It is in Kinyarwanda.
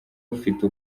ufite